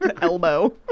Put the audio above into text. elbow